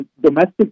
domestic